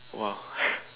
!wow!